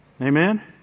Amen